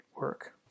work